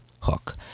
hook